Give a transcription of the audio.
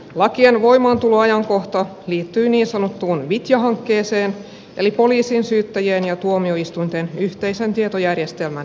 lakien voimaantuloajankohta liittyy niin sanottuun vitja hankkeeseen eli poliisin syyttäjien ja tuomioistuinten yhteisen tietojärjestelmän luomiseen